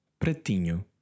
Pratinho